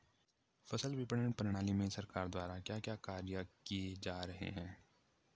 फसल विपणन प्रणाली में सरकार द्वारा क्या क्या कार्य किए जा रहे हैं?